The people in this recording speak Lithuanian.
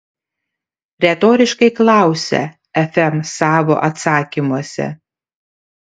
retoriškai klausia fm savo atsakymuose